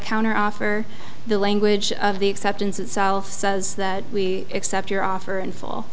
counteroffer the language of the acceptance itself says that we accept your offer and fall